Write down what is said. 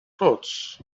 clothes